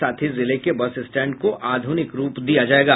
साथ ही जिले के बस स्टैंड को आधुनिक रूप दिया जायेगा